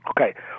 Okay